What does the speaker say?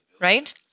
right